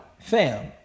Fam